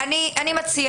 שתתכנסו,